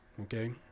Okay